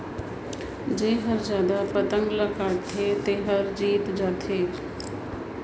जेहर जादा पतंग ल काटथे तेहर जीत जाथे